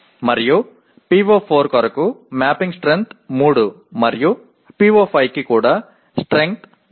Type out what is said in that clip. మరియు PO4 కొరకు mapping strength 3 మరియు PO5 కి కూడా స్ట్రెంగ్త్ 3